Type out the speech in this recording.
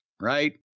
right